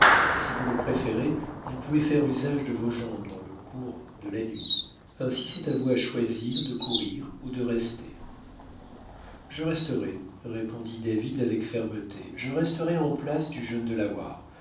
si vous le préférez vous pouvez faire usage de vos jambes dans le cours de la nuit ainsi c'est à vous à choisir de courir ou de rester je resterai répondit david avec fermeté je resterai en place du jeune delaware il